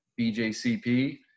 BJCP